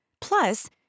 Plus